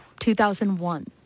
2001